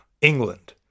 England